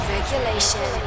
Regulation